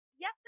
yes